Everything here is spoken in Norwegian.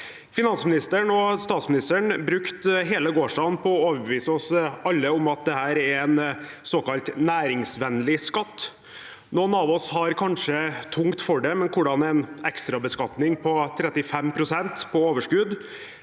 Finansministeren og statsministeren brukte hele gårsdagen på å overbevise oss alle om at dette er en såkalt næringsvennlig skatt. Noen av oss har kanskje tungt for det, men hvordan en ekstra beskatning på